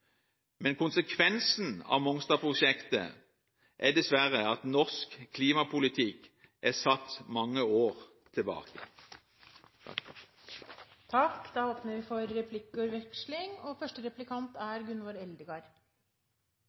Men konsekvensen av Mongstad-prosjektet er dessverre at norsk klimapolitikk er satt mange år tilbake. Det blir replikkordskifte. Eg ser av innstillinga – og